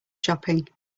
shopping